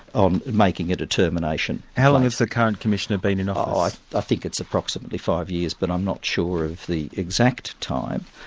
on making a determination. how long has the current commissioner been in office? i ah think it's approximately five years, but i'm not sure of the exact time,